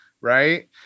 right